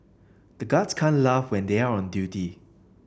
the guards can't laugh when they are on duty